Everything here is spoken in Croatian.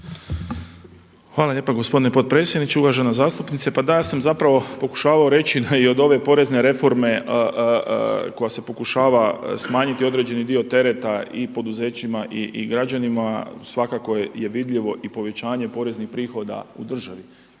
Hvala lijepa gospodine potpredsjedniče. Uvažena zastupnice, pa da ja sam zapravo pokušavao reći da i od ove porezne reforme koja se pokušava smanjiti određeni dio tereta i poduzećima i građanima svako je vidljivo i povećanje poreznih prihoda u državi